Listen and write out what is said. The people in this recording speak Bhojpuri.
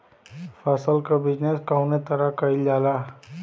फसल क बिजनेस कउने तरह कईल जाला?